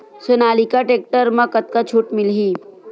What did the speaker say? Sonalika tractor म कतका छूट मिलही?